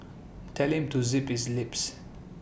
tell him to zip his lips